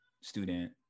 student